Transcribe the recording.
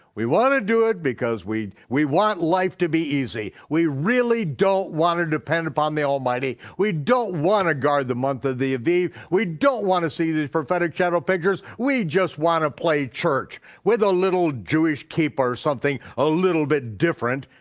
we wanna do it because we we want life to be easy, we really don't wanna depend upon the almighty, we don't wanna guard the month of the aviv, we don't wanna see the prophetic shadow pictures, we just wanna play church with a little jewish keeper or something a little bit different,